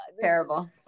terrible